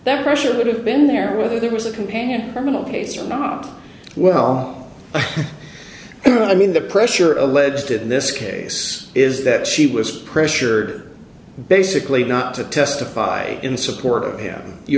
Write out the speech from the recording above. that pressure would have been there whether there was a companion terminal case or not well i mean the pressure of leds did in this case is that she was pressured basically not to testify in support of him you